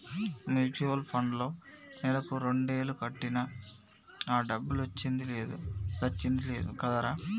mutual పండ్లో నెలకు రెండేలు కట్టినా ఆ డబ్బులొచ్చింది లేదు సచ్చింది లేదు కదరా